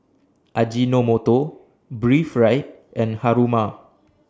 Ajinomoto Breathe Right and Haruma